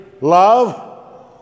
love